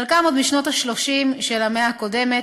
חלקם עוד משנות ה-30 של המאה הקודמת,